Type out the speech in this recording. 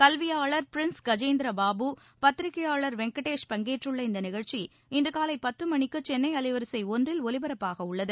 கல்வியாளர் பிரின்ஸ் கஜேந்திர பாபு பத்திரிகையாளர் வெங்கடேஷ் பங்கேற்றுள்ள இந்த நிகழ்ச்சி இன்று காலை பத்து மணிக்கு சென்னை அலைவரிசை ஒன்றில் ஒலிபரப்பாகவுள்ளது